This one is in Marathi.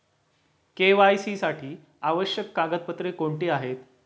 के.वाय.सी साठी आवश्यक कागदपत्रे कोणती आहेत?